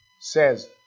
says